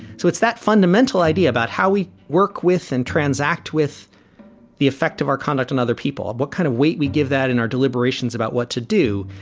so it's that fundamental idea about how we work with and transact with the effect of our conduct on other people. what kind of weight we give that in our deliberations about what to do.